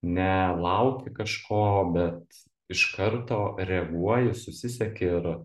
ne lauki kažko bet iš karto reaguoji susisieki ir